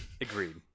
Agreed